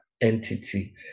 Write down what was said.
entity